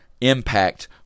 impact